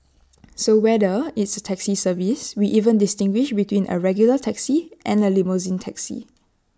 so whether it's A taxi service we even distinguish between A regular taxi and A limousine taxi